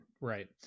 Right